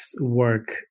work